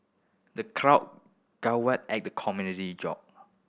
the crowd guffawed at the comedian joke